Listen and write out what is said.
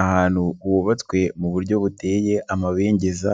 Ahantu hubatswe mu buryo buteye amabengeza